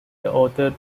author